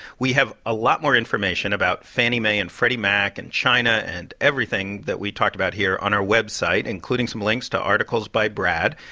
we have a lot more information about fannie mae and freddie mac and china and everything that we talked about here on our website, including some links to articles by brad.